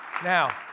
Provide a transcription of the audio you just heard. Now